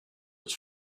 des